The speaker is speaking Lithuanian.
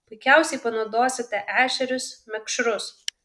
puikiausiai panaudosite ešerius mekšrus